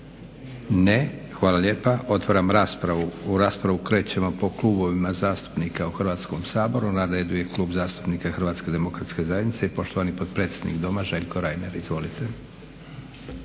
Ne. Hvala lijepa. Otvaram raspravu. U raspravu krećemo po klubovima zastupnika u Hrvatskom saboru. Na redu je Klub zastupnika Hrvatske demokratske zajednice i poštovani potpredsjednik Doma Željko Reiner. Izvolite.